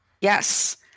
yes